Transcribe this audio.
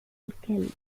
الكلب